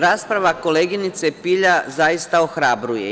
Rasprava koleginice Pilja zaista ohrabruje.